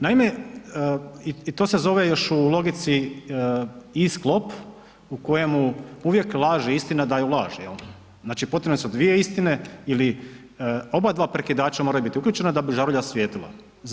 Naime, i to se zove još u logici i sklop u kojemu uvijek lažna istina daju laž jel, znači potrebne su dvije istine ili obadva prekidača moraju biti uključena da bi žarulja svijetlila.